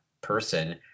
person